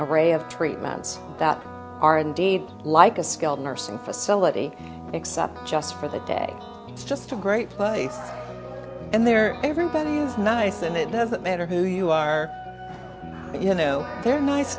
a ray of treatments that are indeed like a skilled nursing facility except just for the day it's just a great place and there everybody is nice and it doesn't matter who you are you know they're nice